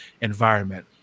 environment